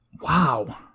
Wow